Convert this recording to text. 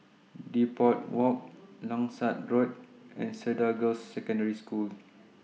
Depot Walk Langsat Road and Cedar Girls' Secondary School